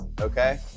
okay